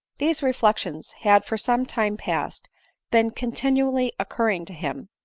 these reflections had for some time past been continually occurring to him,